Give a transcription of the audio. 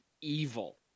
evil